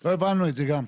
לא הבנו את זה גם.